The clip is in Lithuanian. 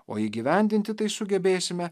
o įgyvendinti tai sugebėsime